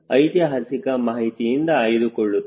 25 ಎಂದು ಐತಿಹಾಸಿಕ ಮಾಹಿತಿಯಿಂದ ಆಯ್ದುಕೊಳ್ಳುತ್ತಾರೆ